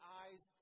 eyes